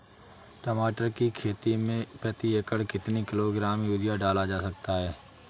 टमाटर की खेती में प्रति एकड़ कितनी किलो ग्राम यूरिया डाला जा सकता है?